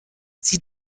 sie